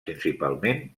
principalment